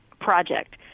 project